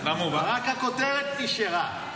רק הכותרת נשארה.